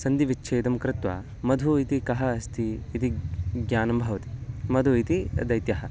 सन्धिविच्छेदं कृत्वा मधुः इति कः अस्ति इति ज्ञानं भवति मधुः इति दैत्यः